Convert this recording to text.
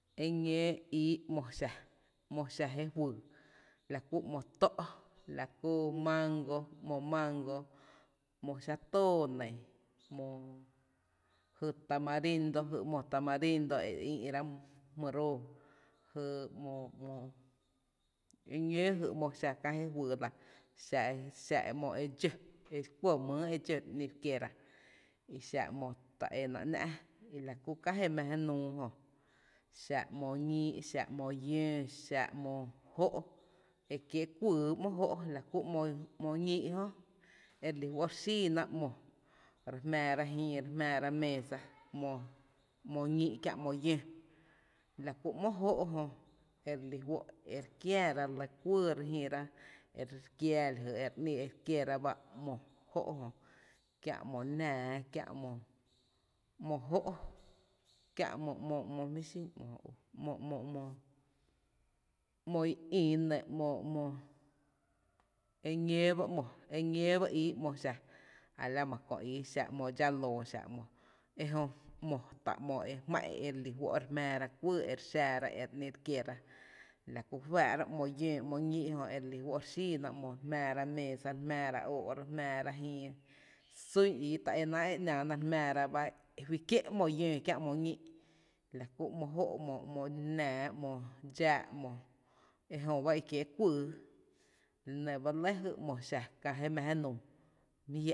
E ñǿǿ ii ‘mo xa, ‘mo xa jé fyy, la kú ‘mo tó’, la kú mango ‘mo mango, ‘mo xⱥⱥ´’ tóó nɇ, ‘mo jy tamarindo ‘mo tamarindo e re ïï’ra jmyy roo, jy ‘mo ‘mo e ñǿǿ jy ‘mo xa kää jé fyy l, xa ‘mo e dxó’ e kuⱥ mýý e dxó re ‘ni re kiera, i xa ‘mo ta é nⱥⱥ’ náá’ la kú kä jé mⱥ jé nuu jö, xa ‘mo ñíí’, xa ‘mo llǿǿ, xa’mo jó’ ekiee’ kuýý ‘mo jó’ jö, la kú ‘mo ñíí’ jö e re lí fó’ re xiina ‘mo re jmⱥⱥra jïí re jmⱥra meesa ‘mo ñíí’ kiä’ ´mo llǿǿ, la kú ‘mo jó’ jö e re lí fó’ e re kiäära kuýý e re jïra, e re kiaa la jy e re ï’ re kiéra ba ‘mo jó’ jö, kiá’ ‘mo nⱥá, ‘mo jó’ kiá’ ‘mo, jmí’ xin ‘mo jö ú ‘mo ‘mo’ ‘mo i ï nɇ ‘mo ‘mo ‘mo e ñǿǿ ba ii ‘mo xa, a la ma köö ii xa ‘mo dxá loo, xa ‘mo, ejö ‘mo, tá’ ‘mo jmá’n e re lí fó’ e re jmⱥⱥra kuýý e re xara e re kiera, la kú fáá’ra ‘mo llǿǿ, ‘mo ñíí’ jö e re lí fó’ re xííná re jmⱥⱥra meesa re jmⱥⱥra jïï, sún ii ta é náá’ e ‘nⱥⱥna re jmⱥⱥra ba e fí kié’ ‘mo llǿǿ, kiä’ ‘mo ñíí’, la kú ‘mo jó’, ‘mo dxⱥⱥ’ ‘mo, ejöba e kiee’ kuýý, la nɇ ba lɇ ‘mo e xa kää je mⱥ jé nuu.